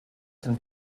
can